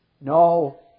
No